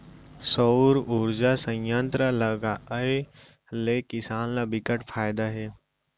सउर उरजा संयत्र लगाए ले किसान ल बिकट फायदा हे